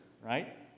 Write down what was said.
right